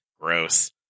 Gross